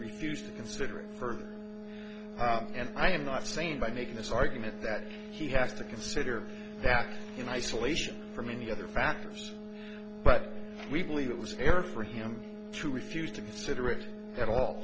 refused to consider it further and i am not saying by making this argument that he has to consider in isolation from any other factors but we believe it was fair for him to refuse to consider it at all